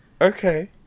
okay